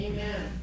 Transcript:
Amen